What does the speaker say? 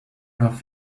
have